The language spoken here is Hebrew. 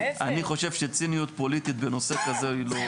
אני חושב שציניות פוליטית בנושא כזה היא לא מוצדקת.